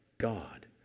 God